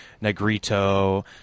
Negrito